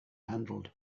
handled